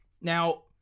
Now